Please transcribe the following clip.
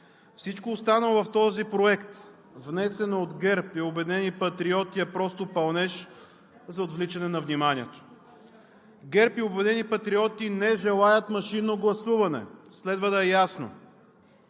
Всичко останало в този проект, внесен от ГЕРБ и „Обединени патриоти“, е просто пълнеж за отвличане на вниманието. ГЕРБ и „Обединени патриоти“ не желаят машинно гласуване. Следва да е ясно!